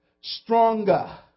stronger